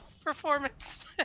Performance